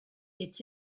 est